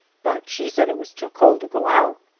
but she said it was too cold to go out!